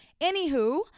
Anywho